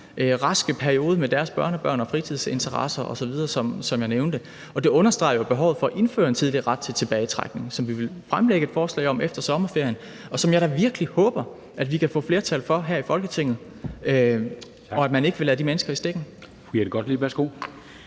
raske periode med deres børnebørn og fritidsinteresser osv., som jeg nævnte. Og det understreger jo behovet for at indføre en tidlig ret til tilbagetrækning, som vil vi fremlægge et forslag om efter sommerferien, og som jeg da virkelig håber at vi kan få flertal for her i Folketinget, og at man ikke vil lade de mennesker i stikken.